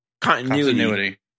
Continuity